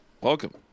welcome